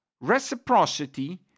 Reciprocity